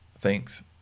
Thanks